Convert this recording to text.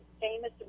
famous